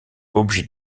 objet